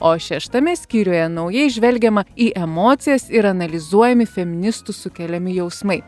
o šeštame skyriuje naujai žvelgiama į emocijas ir analizuojami feministų sukeliami jausmai